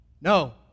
No